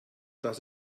das